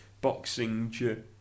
boxing